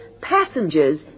Passengers